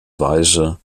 weise